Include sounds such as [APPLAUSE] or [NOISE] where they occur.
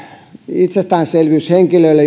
itsestäänselvyys henkilöille [UNINTELLIGIBLE]